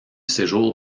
séjour